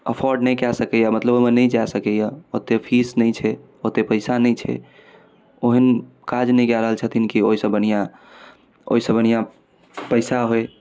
afford नहि कऽ सकैए मतलब ओहिमे नहि जा सकैए ओतेक फीस नहि छै ओतेक पइसा नहि छै ओहन काज नहि कऽ रहल छथिन कि ओहिसँ बढ़िआँ ओहिसँ बढ़िआँ पइसा होइ